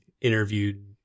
interviewed